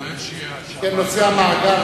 בנושא המאגר,